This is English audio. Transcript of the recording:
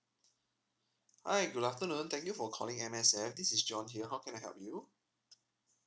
hi good afternoon thank you for calling M_S_F this is john here how can I help you